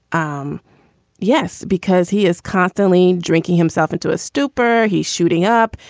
um yes, because he is constantly drinking himself into a stupor. he's shooting up.